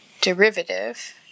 derivative